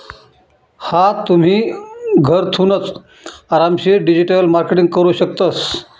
हा तुम्ही, घरथूनच आरामशीर डिजिटल मार्केटिंग करू शकतस